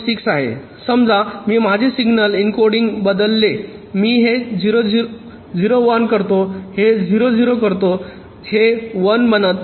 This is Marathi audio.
6 आहे समजा मी माझे सिग्नल एन्कोडिंग बदलले मी हे 0 1 करतो हे 0 0 करतो हे 1 बनवते